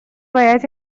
باید